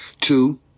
two